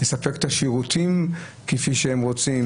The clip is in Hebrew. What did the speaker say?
לספק את השירותים כפי שרוצים